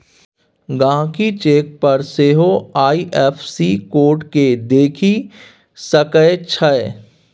गहिंकी चेक पर सेहो आइ.एफ.एस.सी कोड केँ देखि सकै छै